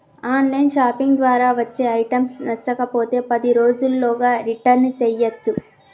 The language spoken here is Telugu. ఆన్ లైన్ షాపింగ్ ద్వారా వచ్చే ఐటమ్స్ నచ్చకపోతే పది రోజుల్లోగా రిటర్న్ చేయ్యచ్చు